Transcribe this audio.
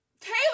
Taylor